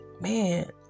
man